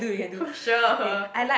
sure